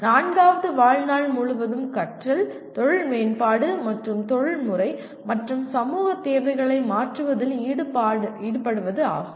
நான்காவது வாழ்நாள் முழுவதும் கற்றல் தொழில் மேம்பாடு மற்றும் தொழில்முறை மற்றும் சமூக தேவைகளை மாற்றுவதில் ஈடுபடுவது ஆகும்